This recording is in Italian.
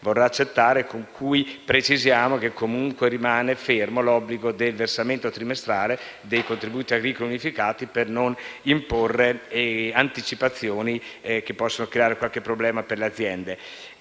vorrà accettare, con cui precisiamo che comunque rimane fermo l'obbligo del versamento trimestrale dei contributi agricoli unificati, per non imporre anticipazioni che possono creare qualche problema alle aziende.